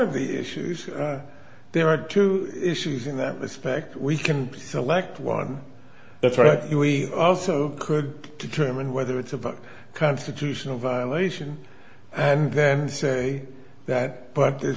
of the issues there are two issues in that respect we can select one that's right and we also could determine whether it's about constitutional violation and then say that but